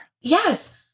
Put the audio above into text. Yes